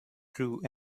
drew